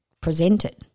presented